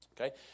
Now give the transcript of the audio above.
Okay